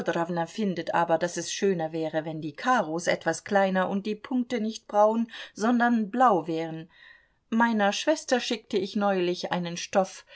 findet aber daß es schöner wäre wenn die karos etwas kleiner und die punkte nicht braun sondern blau wären meiner schwester schickte ich neulich einen stoff